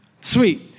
Sweet